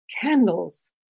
candles